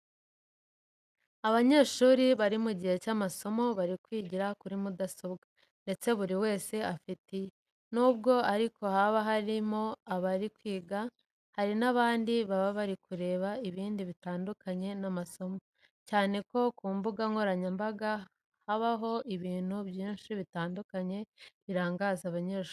Abanyeshuri bari mu gihe cy'amasomo bari kwigira kuri mudasobwa ndetse buri wese afite iye. Nubwo ariko haba harimo abari kwiga, hari n'abandi baba bari kureba ibindi bitandukanye n'amasomo, cyane ko ku mbuga nkoranyambaga habaho ibintu byinshi bitandukanye birangaza abanyeshuri.